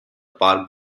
park